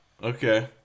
Okay